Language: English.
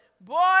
boy